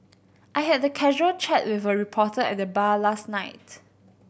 I had a casual chat with a reporter at the bar last night